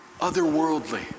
otherworldly